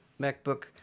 MacBook